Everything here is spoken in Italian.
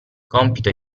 compito